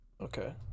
Okay